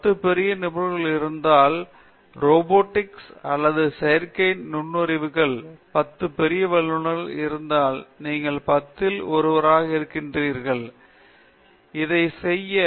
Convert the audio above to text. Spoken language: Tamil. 10 பெரிய நிபுணர்கள் இருந்தால் ரோபாட்டிக்ஸ் அல்லது செயற்கை நுண்ணறிவுகளில் 10 பெரிய வல்லுனர்கள் இருந்தால் நீங்கள் 10 இல் ஒருவராக இருக்கின்றீர்கள் நீங்கள் 20 இல் ஒருவராக இருக்கின்றீர்கள் இதுதான் நாங்கள் ஆசைப்பட வேண்டும் நாம் அங்கு எதை வேண்டுமானாலும் பெற விரும்புகிறோம்